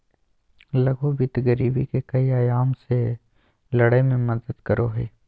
लघु वित्त गरीबी के कई आयाम से लड़य में मदद करो हइ